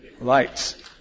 Lights